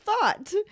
thought